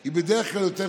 היא בדרך כלל יותר קצרה.